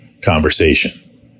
conversation